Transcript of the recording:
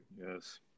Yes